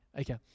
Okay